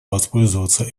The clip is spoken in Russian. воспользоваться